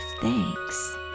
thanks